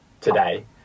today